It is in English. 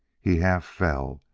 he half fell,